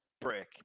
brick